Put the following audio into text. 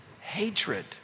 hatred